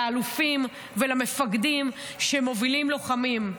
ולאלופים ולמפקדים שמובילים לוחמים.